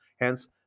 Hence